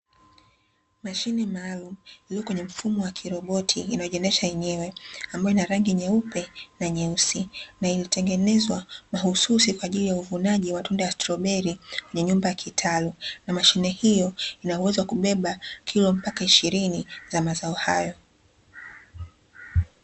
Mashine maalumu iliyo kwenye mfumo wa kiroboti inayojiendesha yenyewe, ambayo ina rangi nyeupe na nyeusi, na ilitengenezwa mahususi kwa ajili ya uvunaji wa matunda ya stroberi kwenye nyumba kitalu, na mashine hiyo ina uwezo wa kubeba kilo mpaka ishirini za mazao hayo.